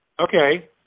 Okay